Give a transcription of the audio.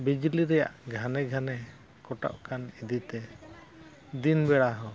ᱵᱤᱡᱽᱞᱤ ᱨᱮᱱᱟᱜ ᱜᱷᱟᱱᱮ ᱜᱷᱟᱱᱮ ᱠᱟᱴᱟᱜ ᱠᱟᱱ ᱤᱫᱤᱛᱮ ᱫᱤᱱ ᱵᱮᱲᱟ ᱦᱚᱸ